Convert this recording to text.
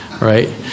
right